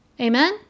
Amen